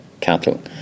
cattle